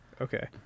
Okay